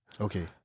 Okay